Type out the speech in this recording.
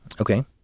Okay